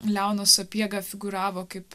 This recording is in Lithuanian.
leonas sapiega figūravo kaip